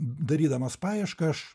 darydamas paiešką aš